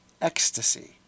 ecstasy